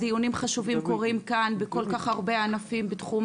דיונים חשובים קורים כאן בכל כף הרבה ענפים בתחום